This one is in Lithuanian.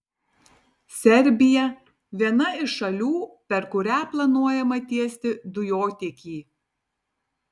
serbija viena iš šalių per kurią planuojama tiesti dujotiekį